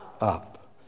Up